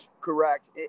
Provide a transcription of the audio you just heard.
Correct